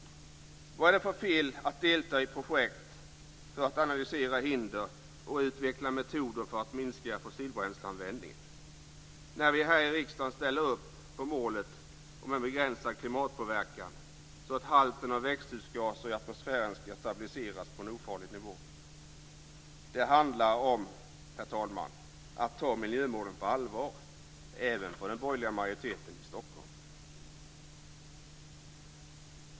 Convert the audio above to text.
Vad är det för fel att delta i ett projekt för att analysera hinder och utveckla metoder för att minska fossilbränsleanvändningen? Här i riksdagen ställer vi ju upp på målet om en begränsad klimatpåverkan så att halten av växthusgaser i atmosfären ska stabiliseras på en ofarlig nivå. Det handlar om att ta miljömålen på allvar, herr talman, och det gäller även för den borgerliga majoriteten i Stockholm.